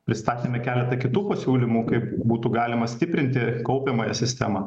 pristatėme keletą kitų pasiūlymų kaip būtų galima stiprinti kaupiamąją sistemą